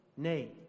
Nay